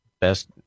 best –